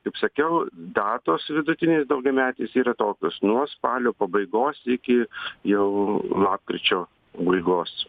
kaip sakiau datos vidutinės daugiametės yra tokios nuo spalio pabaigos iki jau lapkričio pabaigos